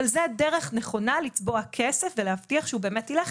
אבל זאת דרך נכונה לצבוע כסף ולהבטיח שהוא באמת ילך,